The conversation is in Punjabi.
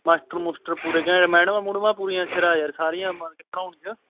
ਮਾਸਟਰ ਮੁਸਟਰ ਪੂਰੇ ਘੈਂਟ ਮੈਡਮਾਂ ਮੁਡਮਾਂ ਪੂਰੀਆਂ ਸਿਰਾ ਯਾਰ ਸਾਰੀਆਂ ਮਤਲਬ ਕਿ ਪੜ੍ਹਾਉਣ 'ਚ